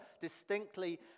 distinctly